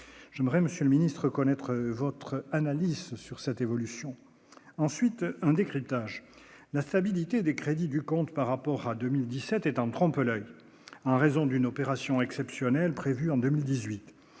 j'aimerais, monsieur le ministre, connaître votre analyse sur cette évolution ensuite un décryptage la instabilité des crédits du compte par rapport à 2017 est en trompe-l oeil en raison d'une opération exceptionnelle prévue en 2018,